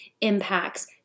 impacts